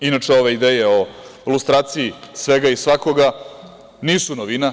Inače, ova ideja o lustraciji svega i svakoga nije novina.